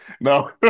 No